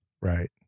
Right